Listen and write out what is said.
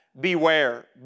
Beware